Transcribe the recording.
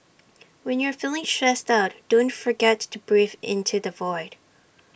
when you are feeling stressed out don't forget to breathe into the void